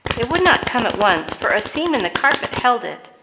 it would not come at once, for a seam in the carpet held it,